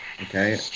okay